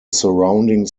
surrounding